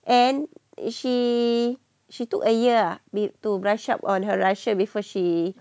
and is she she took a year ah to brush up on her russia before she